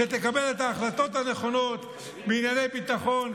שתקבל את ההחלטות הנכונות בענייני ביטחון,